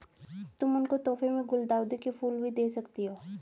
तुम उनको तोहफे में गुलाउदी के फूल भी दे सकती हो